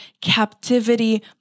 captivity